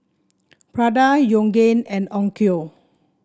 Prada Yoogane and Onkyo